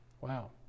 Wow